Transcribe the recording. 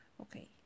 Okay